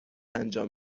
انجام